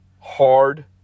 hard